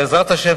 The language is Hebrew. בעזרת השם,